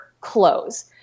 close